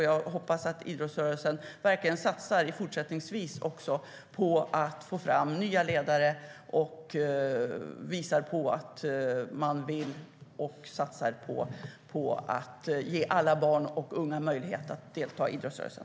Jag hoppas att idrottsrörelsen också i fortsättningen verkligen satsar på att få fram nya ledare och på att ge alla barn och unga möjlighet att delta i idrottsrörelsen.